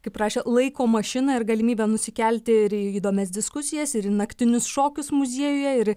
kaip rašė laiko mašiną ir galimybę nusikelti ir į įdomias diskusijas ir į naktinius šokius muziejuje ir